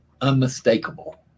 unmistakable